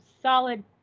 solid